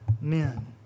men